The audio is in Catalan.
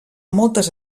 moltes